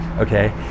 Okay